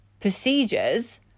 procedures